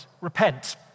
repent